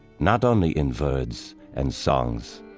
not only in words and songs,